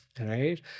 right